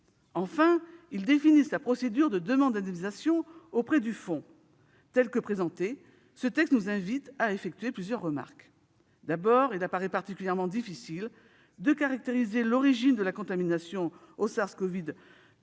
Enfin, ils définissent la procédure de demande d'indemnisation auprès du fonds. Tel qu'il est présenté, ce texte nous invite à formuler plusieurs remarques. D'abord, il apparaît particulièrement difficile de caractériser l'origine de la contamination au SARS-CoV-2.